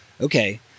okay